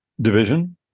division